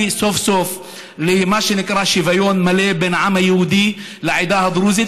סוף-סוף למה שנקרא שוויון מלא בין העם היהודי לעדה הדרוזית,